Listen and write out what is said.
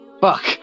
Fuck